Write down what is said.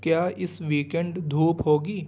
کیا اس ویکینڈ دھوپ ہوگی